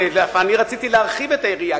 אני רציתי להרחיב את היריעה,